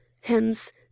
hence